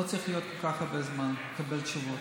לא צריך להיות כל כך הרבה זמן לקבל תשובות.